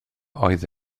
oedd